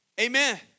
Amen